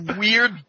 weird